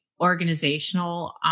organizational